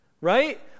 Right